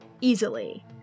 Easily